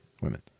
women